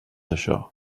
això